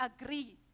agree